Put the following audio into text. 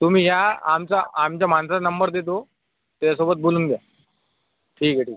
तुम्ही या आमचा आमच्या माणसाचा नंबर देतो त्याच्यासोबत बोलून घ्या ठीक आहे ठीक आहे